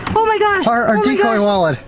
oh my gosh! our our decoy wallet.